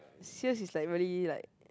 sales is like really like